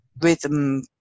rhythm